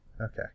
Okay